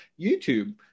YouTube